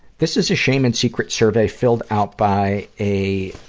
this is a shame and secret survey filled out by a,